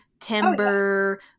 timber